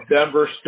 Denver